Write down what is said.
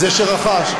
זה שרכש,